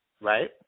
right